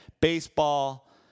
Baseball